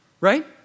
right